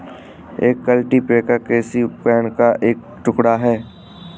एक कल्टीपैकर कृषि उपकरण का एक टुकड़ा है